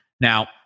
Now